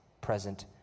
present